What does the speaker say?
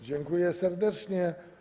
Dziękuję serdecznie.